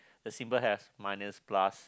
the symbol has minus plus